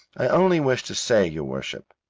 i only wished to say, your worship,